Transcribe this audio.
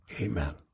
Amen